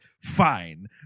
Fine